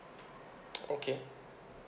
okay